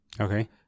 Okay